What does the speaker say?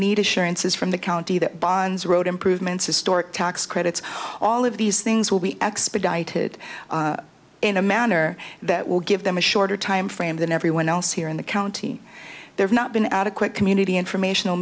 says from the county that bonds road improvements historic tax credits all of these things will be expedited in a manner that will give them a shorter time frame than everyone else here in the county there's not been adequate community informational